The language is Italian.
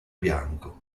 bianco